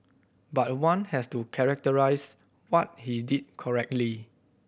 but one has to characterise what he did correctly